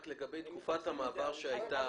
רק לגבי תקופת המעבר שהייתה,